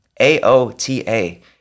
AOTA